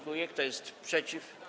Kto jest przeciw?